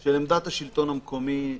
של עמדת השלטון המקומי.